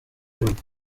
gihugu